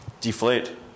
deflate